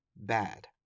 bad